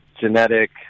genetic